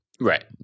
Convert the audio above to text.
Right